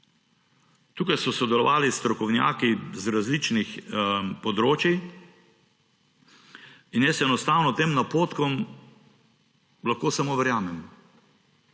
Tukaj so sodelovali strokovnjaki z različnih področij in jaz enostavno tem napotkom lahko samo verjamem.